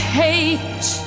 hate